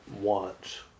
wants